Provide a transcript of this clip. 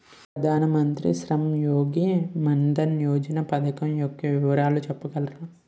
ప్రధాన మంత్రి శ్రమ్ యోగి మన్ధన్ యోజన పథకం యెక్క వివరాలు చెప్పగలరా?